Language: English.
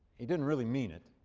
he didn't really mean it.